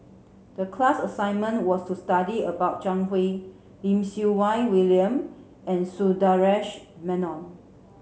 the class assignment was to study about Zhang Hui Lim Siew Wai William and Sundaresh Menon